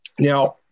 Now